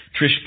Trish